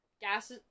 gas